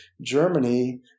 Germany